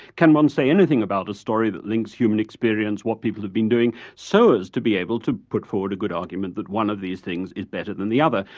can one say anything about a story that links human experience, what people have been doing, so as to be able to put forward a good argument that one of these things is better than the other.